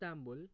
Istanbul